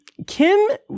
Kim